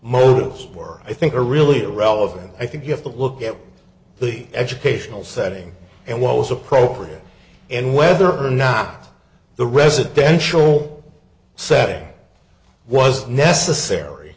motives were i think are really relevant i think you have to look at leat educational setting and what was appropriate and whether or not the residential setting was necessary